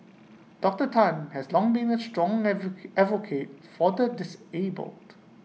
Doctor Tan has long been A strong advocate for the disabled